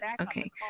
Okay